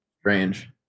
Strange